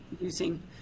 using